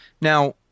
Now